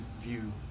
view